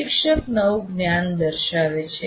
પ્રશિક્ષક નવું જ્ઞાન દર્શાવે છે